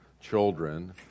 children